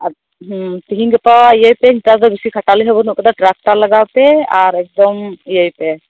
ᱟᱨ ᱛᱤᱦᱤᱧ ᱜᱟᱯᱟ ᱤᱭᱟᱹᱭ ᱯᱮ ᱵᱤᱥᱤ ᱠᱷᱟᱴᱟᱞᱤ ᱦᱚᱸ ᱵᱟᱱᱩᱜ ᱠᱟᱫᱟ ᱴᱨᱟᱠᱴᱟᱨ ᱞᱟᱜᱟᱣ ᱯᱮ ᱟᱨ ᱤᱭᱟᱹᱭ ᱯᱮ